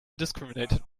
discriminated